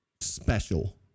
special